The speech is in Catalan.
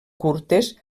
curtes